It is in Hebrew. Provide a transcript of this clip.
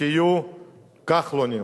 תהיו כחלונים.